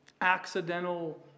accidental